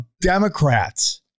Democrats